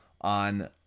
on